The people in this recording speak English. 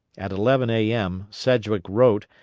at eleven a m, sedgwick wrote,